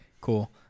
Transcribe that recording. cool